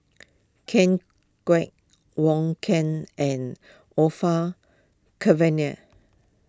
Ken Kwek Wong Keen and Orfeur Cavenagh